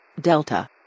Delta